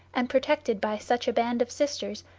and protected by such a band of sisters,